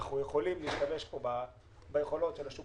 אנחנו יכולים להשתמש פה ביכולות של השוק